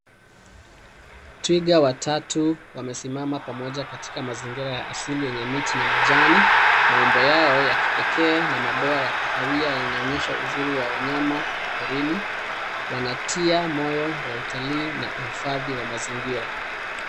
Twiga watatu wamesimama pamoja katika mazingira ya asili yenye miti na majani, maumbo yao ya kipekee na mafia ya kahawia yanaonyesha uzuri wa wanyama wa porini wanatia moyo wa utalii na uhifadhi wa mazingira.